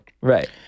Right